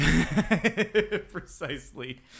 Precisely